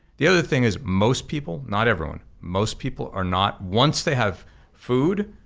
the other thing is most people, not everyone, most people are not, once they have food,